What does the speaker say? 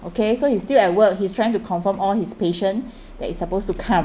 okay so he's still at work he's trying to confirm all his patient that is supposed to come